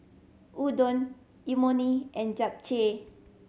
Udon Imoni and Japchae